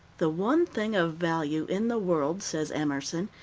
the one thing of value in the world, says emerson,